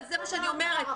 זה מה שאני אומרת,